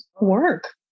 work